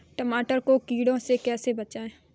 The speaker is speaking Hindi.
टमाटर को कीड़ों से कैसे बचाएँ?